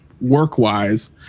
work-wise